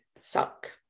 suck